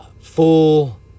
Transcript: full